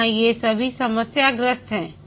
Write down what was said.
यहाँ ये सभी समस्याग्रस्त हैं